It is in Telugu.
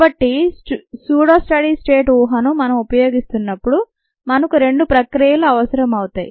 కాబట్టి స్యూడో స్టడీ స్టేట్ ఊహను మనం ఉపయోగిస్తున్నప్పుడు మనకు రెండు ప్రక్రియలు అవసరం అవుతాయి